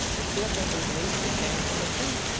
it's still gonna be meat that came from a tube.